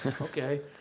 Okay